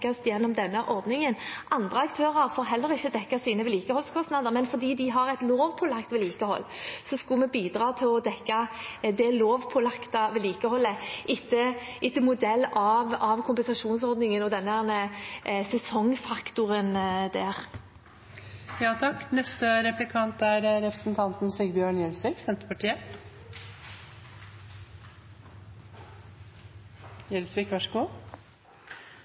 gjennom denne ordningen. Andre aktører får heller ikke dekket sine vedlikeholdskostnader, men fordi de har et lovpålagt vedlikehold, skulle vi bidra til å dekke det lovpålagte vedlikeholdet etter modell av kompensasjonsordningen og sesongfaktoren der.